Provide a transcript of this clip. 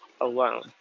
alone